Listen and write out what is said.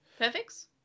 Perfects